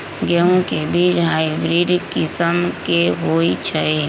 गेंहू के बीज हाइब्रिड किस्म के होई छई?